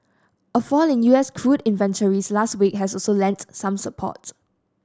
a fall in U S crude inventories last week also lent some support